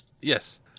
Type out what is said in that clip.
Yes